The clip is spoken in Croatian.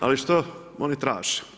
Ali, što oni traže?